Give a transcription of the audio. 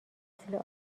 مثل